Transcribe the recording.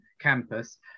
campus